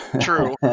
True